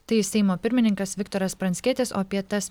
tai seimo pirmininkas viktoras pranckietis o apie tas